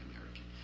American